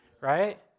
right